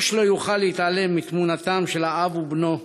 איש לא יוכל להתעלם מתמונתם של האב ובנו,